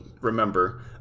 remember